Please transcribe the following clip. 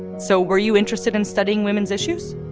so were you interested in studying women's issues?